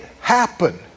happen